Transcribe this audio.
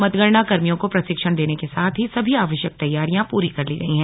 मतगणना कर्मियों को प्रशिक्षण देने के साथ ही सभी आवश्यक तैयारियां पूरी कर ली गई हैं